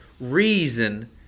reason